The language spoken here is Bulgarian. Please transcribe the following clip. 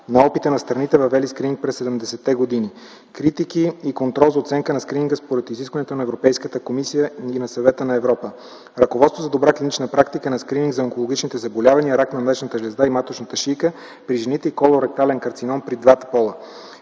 на опита на страните, въвели скрининг през 70-те години, критики и контрол за оценка на скрининга според изисквания на Европейската комисия и на Съвета на Европа, ръководство за добра клинична практика за скрининга на онкологичните заболявания, рак на млечната жлеза и на маточната шийка при жените и колоректален карцином при двата пола.